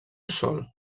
sòl